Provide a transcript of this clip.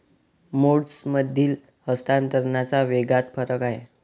मोड्समधील हस्तांतरणाच्या वेगात फरक आहे